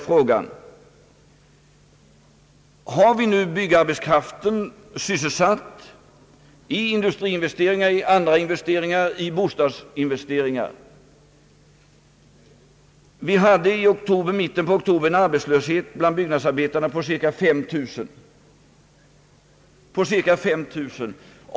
Vi har alltså nu arbetskraften sysselsatt i industriinvesteringar, bostadsinvesteringar och andra investeringar. Vi hade i mitten av oktober en arbetslöshet bland byggnadsarbetarna på cirka 5000 personer.